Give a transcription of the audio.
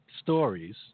stories